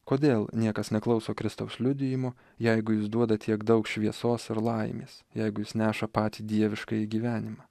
kodėl niekas neklauso kristaus liudijimo jeigu jis duoda tiek daug šviesos ir laimės jeigu jis neša patį dieviškąjį gyvenimą